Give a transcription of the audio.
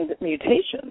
mutations